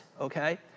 okay